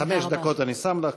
חמש דקות אני שם לך,